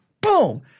Boom